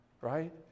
right